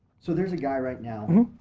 so, there's a guy right now,